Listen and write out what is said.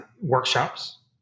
workshops